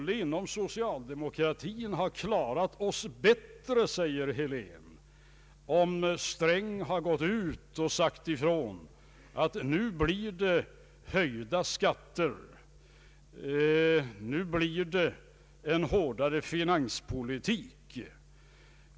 Vi inom socialdemokratin skulle ha klarat oss bättre, säger herr Helén, om herr Sträng hade gått ut och sagt ifrån att vi skulle få höjda skatter och en hårdare finanspolitik.